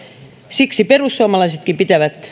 siksi perussuomalaisetkin pitävät